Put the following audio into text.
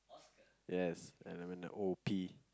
yes and I mean the O P